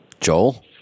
Joel